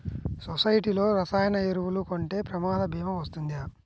సొసైటీలో రసాయన ఎరువులు కొంటే ప్రమాద భీమా వస్తుందా?